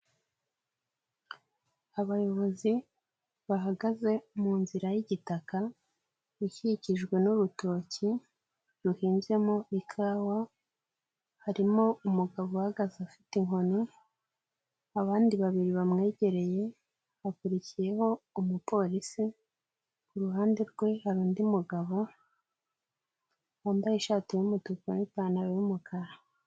Abayobozi bahagaze mu nzira y'igitaka ikikijwe n'urutoki ruhinzemo ikawa, harimo umugabo uhagaze afite inkoni, abandi babiri bamwegereye hakurikiyeho umupolisi, ku ruhande rwe hari undi mugabo wambaye ishati y'umutuku n'ipantaro y'umukara.